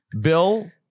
Bill